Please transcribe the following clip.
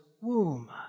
womb